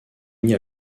mis